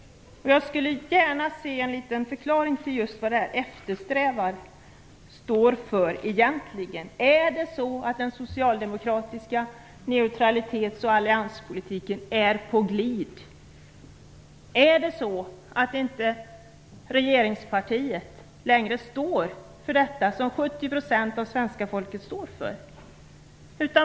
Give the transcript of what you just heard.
Jag skulle gärna se en liten förklaring till vad just "eftersträvar" står för egentligen. Är den socialdemokratiska neutralitets och allianspolitiken på glid? Står inte regeringspartiet längre för detta som 70 % av svenska folket står för?